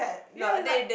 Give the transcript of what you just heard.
ya it's like